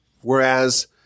Whereas